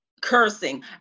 cursing